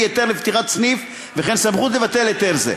היתר לפתיחת סניף וכן סמכות לבטל היתר זה.